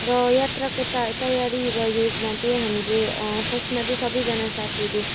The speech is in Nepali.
र यात्राको ता तयारी र योजना चाहिँ हामीले फर्स्टमा चाहिँ सबैजना साथीहरू